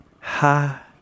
ha